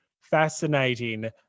fascinating